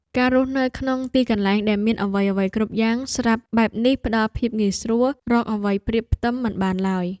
ការរស់នៅក្នុងទីកន្លែងដែលមានអ្វីៗគ្រប់យ៉ាងស្រាប់បែបនេះផ្តល់នូវភាពងាយស្រួលរកអ្វីប្រៀបផ្ទឹមមិនបានឡើយ។